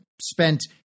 spent